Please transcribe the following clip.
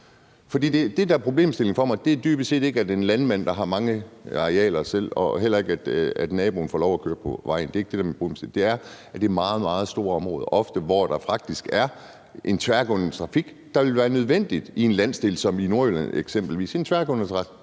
der er problemstillingen for mig, er dybest set ikke, om det er en landmand, der selv har mange arealer, og heller ikke, at naboen får lov at køre på vejen – det er ikke det, der er min problemstilling – men der er faktisk ofte nogle meget, meget store områder, hvor der er en tværgående trafik, der vil være nødvendig, eksempelvis i en landsdel som Nordjylland, en tværgående trafik,